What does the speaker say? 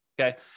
okay